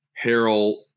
Harold